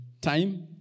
time